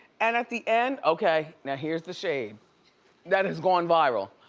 and at the end, okay, now here's the shade that has gone viral.